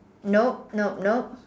nope nope nope